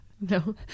No